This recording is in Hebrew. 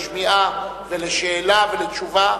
לשמיעה ולשאלה ולתשובה,